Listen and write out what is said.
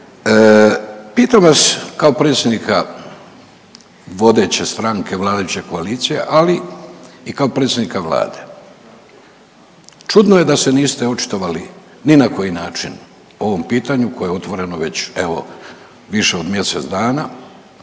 Pitam vas kao predsjednika vodeće stranke vladajuće koalicije, ali i kao predsjednika vlade. Čudno je da se niste očitovali ni na koji način o ovim pitanju koje je otvoreno već evo više od mjesec dana,